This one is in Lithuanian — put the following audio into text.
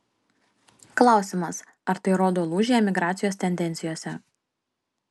klausimas ar tai rodo lūžį emigracijos tendencijose